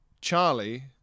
Charlie